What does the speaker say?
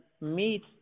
meet